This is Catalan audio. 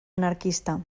anarquista